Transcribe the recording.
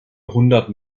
hundert